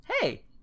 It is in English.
Hey